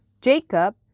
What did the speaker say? Jacob